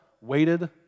waited